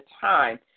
time